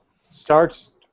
starts